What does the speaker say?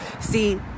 See